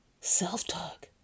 Self-talk